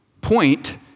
point